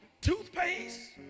Toothpaste